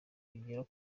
kugira